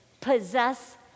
Possess